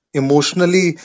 emotionally